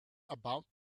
about